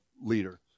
leader